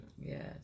Yes